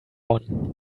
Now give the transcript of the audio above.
one